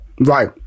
Right